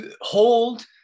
hold